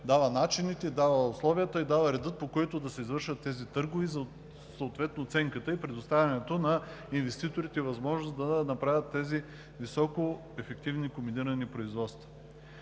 дава начините, условията и реда, по които да се извършват тези търгове, съответно оценката и предоставянето на инвеститорите възможност да направят тези високоефективни комбинирани производства.